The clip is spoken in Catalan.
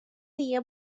dia